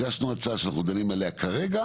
הגשנו הצעה שאנחנו דנים עליה כרגע